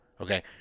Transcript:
Okay